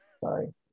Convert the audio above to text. Sorry